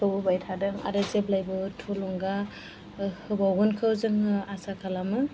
होबोबाय थादों आरो जेब्लाबो थुलुंगा होबावगोनखौ जोङो आसा खालामो